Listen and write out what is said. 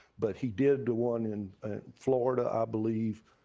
but he did the one in florida, i believe,